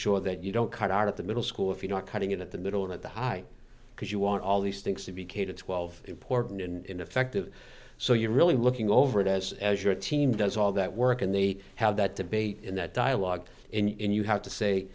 sure that you don't cut out of the middle school if you're not cutting in at the middle of the high because you want all these things to be k to twelve important in effect of so you're really looking over it as as your team does all that work and they have that debate in that dialogue and you have to say